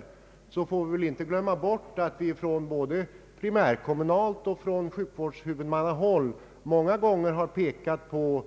I detta sammanhang får vi inte glömma bort att både primärkommunerna och sjukvårdshuvudmännen många gånger har pekat på